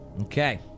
Okay